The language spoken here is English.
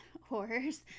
horrors